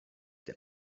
der